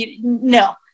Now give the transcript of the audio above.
No